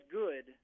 good